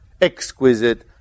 Exquisite